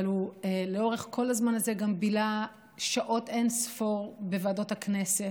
אבל לאורך כל הזמן הזה הוא גם בילה שעות אין-ספור בוועדות הכנסת,